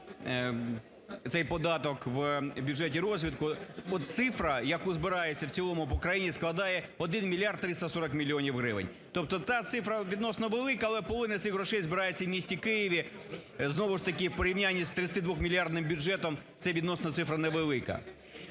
цей податок в бюджеті розвитку. От цифра, яку збирається в цілому по країні, складає 1 мільярд 340 мільйонів гривень. Тобто та цифра відносно велика, але половина цих грошей збирається в місті Києві, знову ж таки в порівнянні з 32 мільярдним бюджетом це відносно цифра не велика.